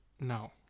No